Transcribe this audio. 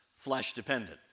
flesh-dependent